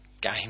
game